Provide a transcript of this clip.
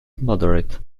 moderate